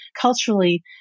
Culturally